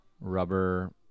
rubber